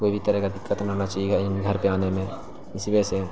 کوئی بھی طرح کا دقت نہ ہونا چاہیے گھر پہ آنے میں اسی وجہ سے